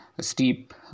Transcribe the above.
steep